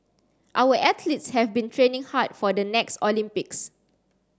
our athletes have been training hard for the next Olympics